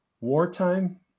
wartime